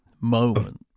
moment